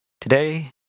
Today